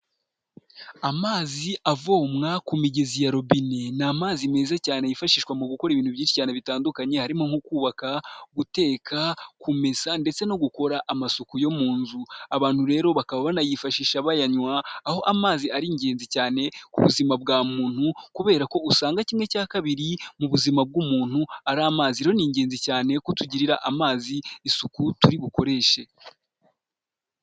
Amazi avomwa ku migezi ya robine, ni amazi meza cyane yifashishwa mu gukora ibintu byinshi bitandukanye, harimo nko kubaka, guteka, kumesa ndetse no gukora amasuku yo mu nzu, abantu rero bakaba banayifashisha bayanywa, aho amazi ari ingenzi cyane ku buzima bwa muntu kubera ko usanga kimwe cya kabiri mu buzima bw'umuntu ari amazi, rero ni ingenzi cyane ko tugirira amazi isuku turi bukoreshe.